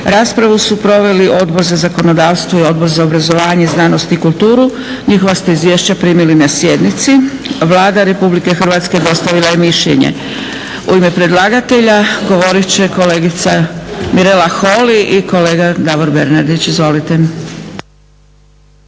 Raspravu su proveli Odbor za zakonodavstvo i Odbor za obrazovanje, znanost i kulturu. Njihova ste izvješća primili na sjednici. Vlada Republike Hrvatske dostavila je mišljenje. U ime predlagatelja govorit će kolegica Mirela Holy i kolega Davor Bernardić. Izvolite.